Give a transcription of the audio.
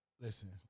listen